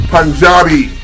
Punjabi